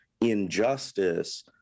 injustice